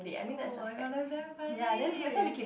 oh my god that's damn funny